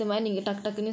okay